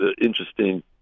interesting